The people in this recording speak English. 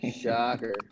Shocker